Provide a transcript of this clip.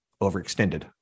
overextended